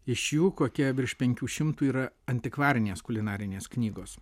iš jų kokie virš penkių šimtų yra antikvarinės kulinarinės knygos